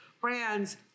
brands